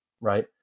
right